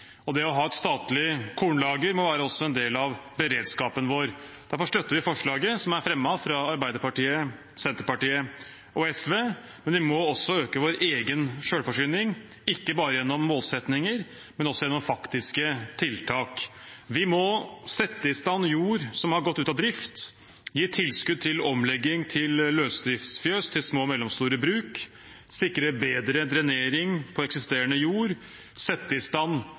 og det å ha et statlig kornlager må også være en del av beredskapen vår. Derfor støtter vi forslaget som er fremmet fra Arbeiderpartiet, Senterpartiet og SV. Vi må også øke vår egen selvforsyning, ikke bare gjennom målsettinger, men også gjennom faktiske tiltak. Vi må sette i stand jord som har gått ut av drift, gi tilskudd til omlegging til løsdriftsfjøs, til små og mellomstore bruk, sikre bedre drenering på eksisterende jord, sette i stand